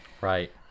right